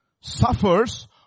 Suffers